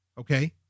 Okay